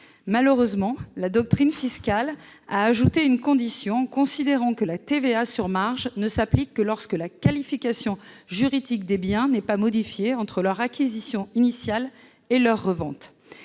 Malheureusement, la doctrine fiscale a ajouté une condition, considérant que la TVA sur marge ne s'applique que lorsque la qualification juridique des biens n'est pas modifiée entre leur acquisition initiale et leur revente.